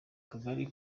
kagari